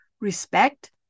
respect